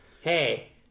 Hey